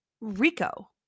rico